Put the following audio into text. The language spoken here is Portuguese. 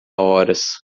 horas